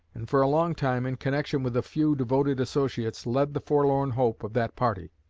and for a long time, in connection with a few devoted associates, led the forlorn hope of that party.